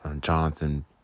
Jonathan